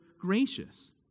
gracious